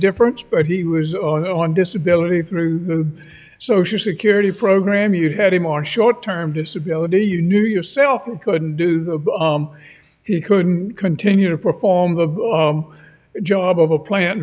difference but he was on disability through the social security program you had a more short term disability you knew yourself and couldn't do the he couldn't continue to perform the job of a plant